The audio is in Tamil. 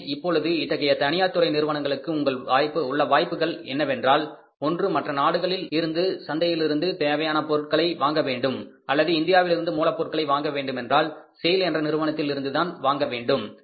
எனவே இப்பொழுது இத்தகைய தனியார்துறை நிறுவனங்களுக்கு உள்ள வாய்ப்புகள் என்னவென்றால் ஒன்று மற்ற நாடுகளின் சந்தையிலிருந்து தேவையான மூலப்பொருட்களை வாங்க வேண்டும் அல்லது இந்தியாவிலிருந்து மூலப்பொருட்களை வாங்க வேண்டுமென்றால் செய்ல் என்ற நிறுவனத்தில் இருந்துதான் வாங்க வேண்டும்